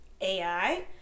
AI